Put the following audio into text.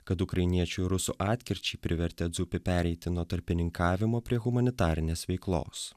kad ukrainiečių rusų atkirčiai privertė pereiti nuo tarpininkavimo prie humanitarinės veiklos